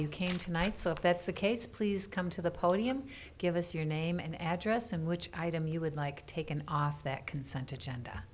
you came tonight so if that's the case please come to the podium give us your name and address and which item you would like taken off their consent agenda